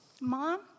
Mom